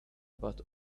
about